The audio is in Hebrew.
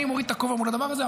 אני מוריד את הכובע מול הדבר הזה.